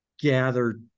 gather